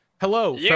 Hello